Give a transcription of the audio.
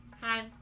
Hi